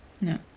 No